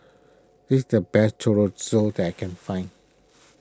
this is the best Chorizo that I can find